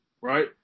right